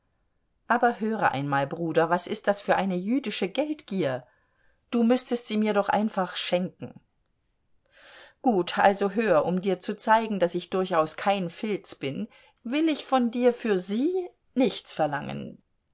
aber höre einmal bruder was ist das für eine jüdische geldgier du müßtest sie mir doch einfach schenken gut also hör um dir zu zeigen daß ich durchaus kein filz bin will ich von dir für sie nichts verlangen